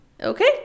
Okay